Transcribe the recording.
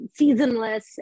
seasonless